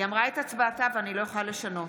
אמרה את הצבעתה, ואני לא יכולה לשנות.